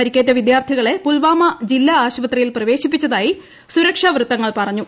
പരിക്കേറ്റ വിദ്യാർത്ഥികളെ പുൽവാമ ജില്ലാ ആശുപത്രിയിൽ പ്രവേശിപ്പിച്ചതായി സുരക്ഷാ വൃത്തങ്ങൾ പറഞ്ഞു